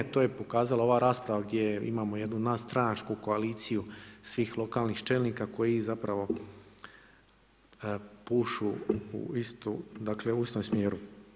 To je pokazala ova rasprava gdje imamo jednu nadstranačku koaliciju svih lokalnih čelnika koji pušu u istom smjeru.